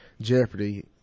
jeopardy